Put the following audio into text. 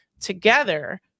together